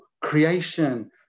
creation